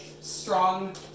strong